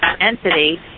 entity